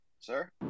sir